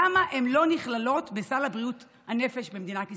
למה הן לא נכללות בסל בריאות הנפש במדינת ישראל?